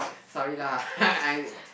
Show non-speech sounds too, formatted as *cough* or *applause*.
sorry lah *laughs* I